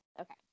okay